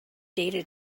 data